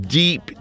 deep